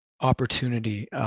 opportunity